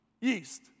Yeast